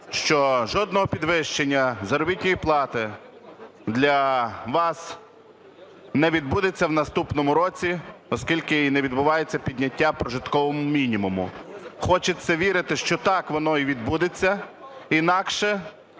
що жодного підвищення заробітної плати для вас не відбудеться в наступному році, оскільки не відбувається підняття прожиткового мінімуму. Хочеться вірити, що так воно і відбудеться, інакше